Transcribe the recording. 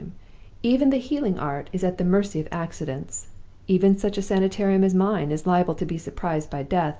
even the healing art is at the mercy of accidents even such a sanitarium as mine is liable to be surprised by death.